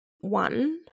one